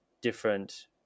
different